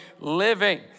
living